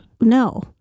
No